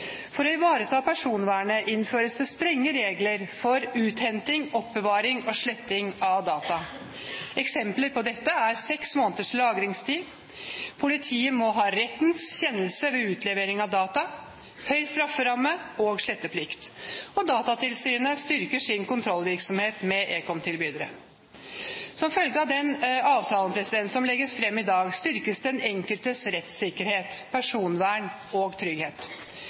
For å ivareta personvernet innføres det strenge regler for uthenting, oppbevaring og sletting av data. Eksempler på dette er seks måneders lagringstid, at politiet må ha rettens kjennelse ved utlevering av data, høy strafferamme og sletteplikt, og at Datatilsynet styrker sin kontrollvirksomhet med ekomtilbyderne. Som følge av den avtalen som legges fram i dag, styrkes den enkeltes rettssikkerhet, personvern og trygghet.